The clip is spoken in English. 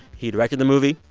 he directed the movie.